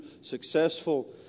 successful